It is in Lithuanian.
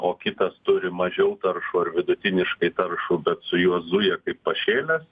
o kitas turi mažiau taršų ar vidutiniškai taršų bet su juo zuja kaip pašėlęs